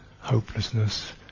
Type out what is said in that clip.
hopelessness